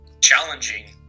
challenging